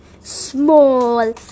small